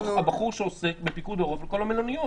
הבחור שעוסק בפיקוד העורף בכל המלוניות.